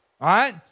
right